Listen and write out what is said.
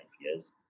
years